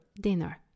dinner